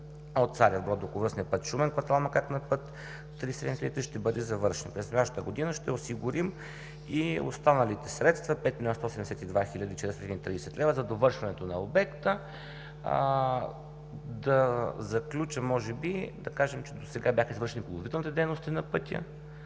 от Царев брод до околовръстния път Шумен, квартал „Макак“ на път III-7003 ще бъде завършен. През настоящата година ще осигурим и останалите средства – 5 млн. 172 хил. 430 лв., за довършването на обекта. Да заключа може би, да кажем, че досега бяха извършени подготвителните дейности на пътя